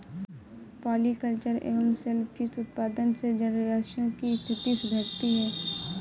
polyculture एवं सेल fish उत्पादन से जलाशयों की स्थिति सुधरती है